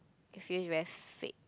it feels very fake